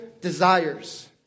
desires